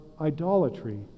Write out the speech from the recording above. idolatry